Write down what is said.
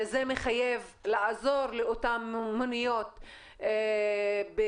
זה מחייב לעזור לאותן מוניות בסבסוד,